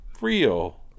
real